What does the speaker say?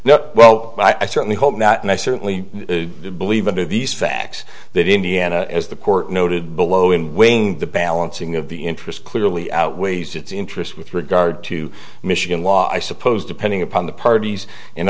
well i certainly hope not and i certainly believe under these facts that indiana as the court noted below in weighing the balancing of the interest clearly outweighs its interest with regard to michigan law i suppose depending upon the parties and